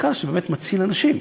בעיקר כי הוא באמת מציל אנשים.